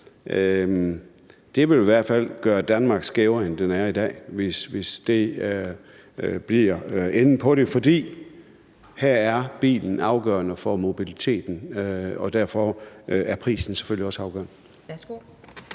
Det vil i hvert fald gøre Danmark skævere, end det er i dag, hvis det bliver enden på det, for her er bilen afgørende for mobiliteten, og derfor er prisen selvfølgelig også afgørende.